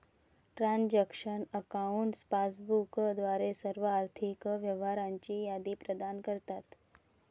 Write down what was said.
transaction accounts passbook द्वारे सर्व आर्थिक व्यवहारांची यादी प्रदान करतात